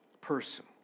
person